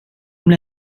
blir